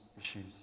issues